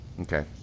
Okay